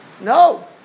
No